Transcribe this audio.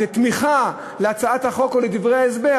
איזה תמיכה להצעת החוק או לדברי ההסבר.